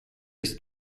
ist